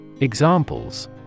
Examples